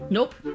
Nope